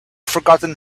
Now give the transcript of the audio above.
forgotten